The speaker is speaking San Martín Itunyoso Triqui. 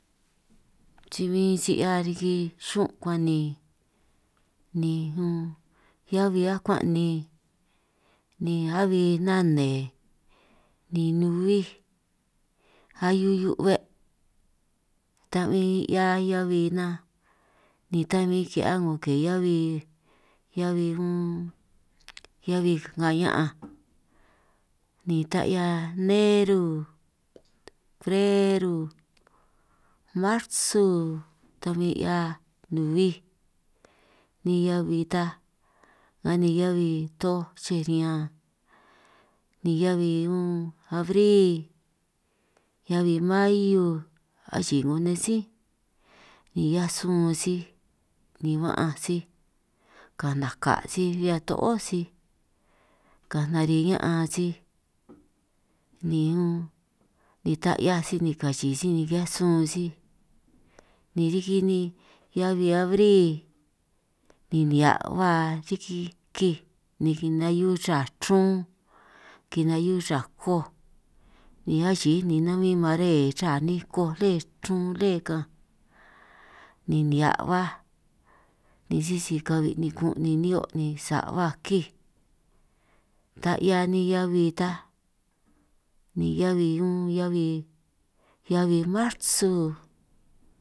Si bin si 'hia riki xuún akuan' ni ni un heabi akuan' ni ni abi nane, ni nubíj ahiu hiu 'be' ta bin 'hia heabi nan, ni ta bin ki'hia 'ngo ke heabi heabi unn heabi ka'nga ña'anj ni ta 'hia neru freru, marsu, ta bin 'hiaj nuhuij ni heabi ta ni heabi toj chej riñan, ni heabi unn abril, heabi mahiu, achi'i 'ngo nej sí ni 'hiaj sun sij ni ba'anj sij ka'anj naka' sij riñan to'ó sij, ka'anj nari' ña'an sij ni unn ni ta 'hiaj sij ni kachi'i sij ni ki'hiaj sun sij ni riki nej heabi abri, ni nihia' ba riki kij ni kina'hiu chrun raa chrun, kinahiu ra koj ni achij i ni nabin maree raa nej koj le, chrun lé ka'anj, ni nihia' baj ni sisi kabi ni kun' ni ni'hio' ni sa' ba kij, ta 'hia nej heabi ta ni heabi unn heabi heabi marsu.